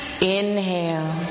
inhale